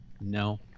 no